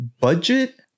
budget